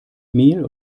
mehl